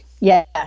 Yes